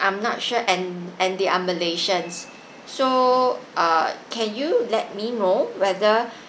I'm not sure and and they are malaysians so uh can you let me know whether